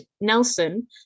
Nelson